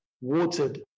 watered